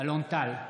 אלון טל,